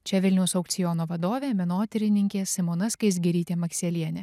čia vilniaus aukciono vadovė menotyrininkė simona skaisgirytė makselienė